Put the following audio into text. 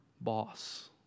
boss